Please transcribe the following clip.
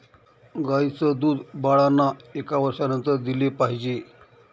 गाईचं दूध बाळांना एका वर्षानंतर दिले पाहिजे